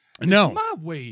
No